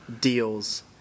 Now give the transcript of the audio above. deals